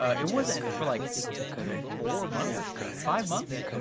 it wasn't for like four months, five months,